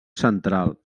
central